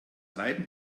reiben